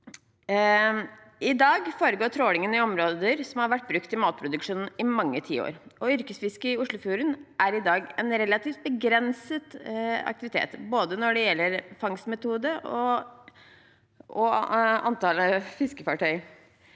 I dag foregår trålingen i områder som har vært brukt til matproduksjon i mange tiår. Yrkesfisket i Oslofjorden er i dag en relativt begrenset aktivitet, både når det gjelder fangstmetode og når det